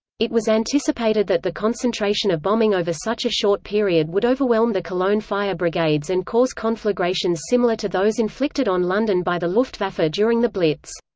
it was anticipated that the concentration of bombing over such a short period would overwhelm the cologne fire brigades and cause conflagrations similar to those inflicted on london by the luftwaffe during the blitz.